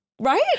right